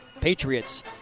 Patriots